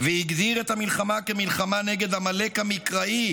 והגדיר את המלחמה כמלחמה נגד עמלק המקראי",